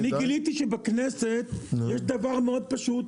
אני גיליתי שבכנסת יש דבר מאוד פשוט,